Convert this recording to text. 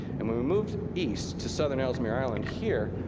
and when we moved east to southern ellesmere island here,